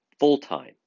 full-time